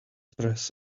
press